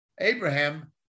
Abraham